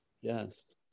Yes